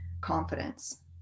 confidence